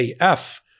AF